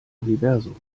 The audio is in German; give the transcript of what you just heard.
universum